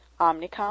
Omnicom